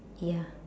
ya